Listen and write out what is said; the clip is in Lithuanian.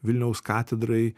vilniaus katedrai